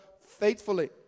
faithfully